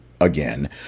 again